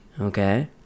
Okay